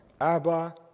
Abba